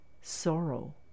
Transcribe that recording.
sorrow